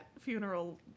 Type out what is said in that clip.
funeral